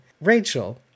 Rachel